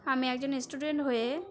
আমি একজন স্টুডেন্ট হয়ে